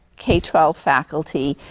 k twelve faculty,